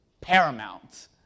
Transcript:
paramount